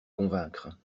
convaincre